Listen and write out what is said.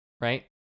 right